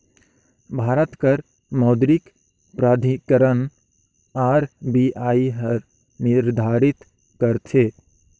भारत कर मौद्रिक प्राधिकरन आर.बी.आई हर निरधारित करथे